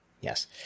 Yes